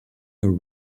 are